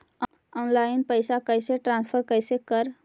Online पैसा कैसे transfer कैसे कर?